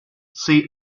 see